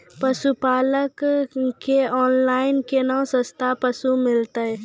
पशुपालक कऽ ऑनलाइन केना सस्ता पसु मिलतै?